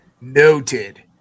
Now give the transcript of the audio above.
Noted